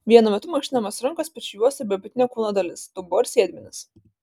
vienu metu mankštinamos rankos pečių juosta bei apatinė kūno dalis dubuo ir sėdmenys